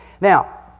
Now